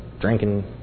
drinking